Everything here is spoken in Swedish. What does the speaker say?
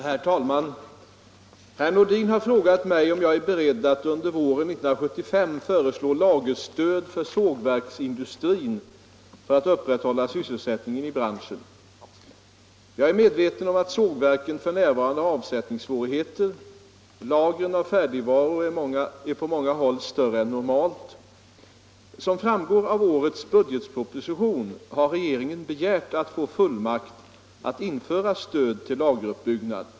Herr talman! Herr Nordin har frågat mig om jag är beredd att under våren 1975 föreslå lagerstöd för sågverksindustrin för att upprätthålla sysselsättningen i branschen. Jag är medveten om att sågverken f.n. har avsättningssvårigheter. Lagren av färdigvaror är på många håll större än normalt. Som framgår av årets budgetproposition har regeringen begärt att få fullmakt att införa stöd till lageruppbyggnad.